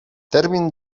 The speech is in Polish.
termin